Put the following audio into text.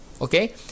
okay